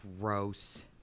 Gross